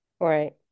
Right